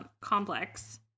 complex